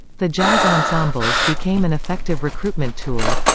the jazz ensembles became an effective recruitment tool.